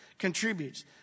Contributes